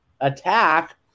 attack